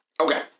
Okay